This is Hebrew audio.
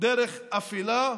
דרך אפלה,